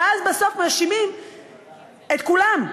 ואז בסוף מאשימים את כולם,